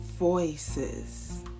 voices